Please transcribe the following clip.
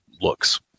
looks